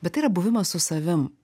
bet tai yra buvimas su savim